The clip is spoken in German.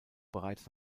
bereits